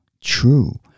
true